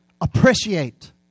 Appreciate